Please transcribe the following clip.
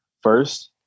First